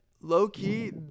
low-key